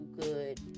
good